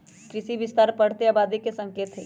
कृषि विस्तार बढ़ते आबादी के संकेत हई